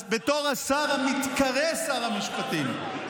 אז בתור השר המתקרא שר המשפטים,